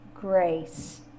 grace